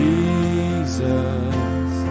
Jesus